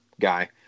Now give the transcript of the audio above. guy